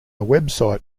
website